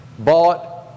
bought